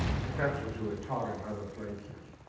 professors who had taught in other places,